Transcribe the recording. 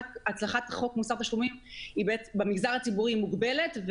הצלחת חוק מוסר תשלומים במגזר הציבורי מוגבלת,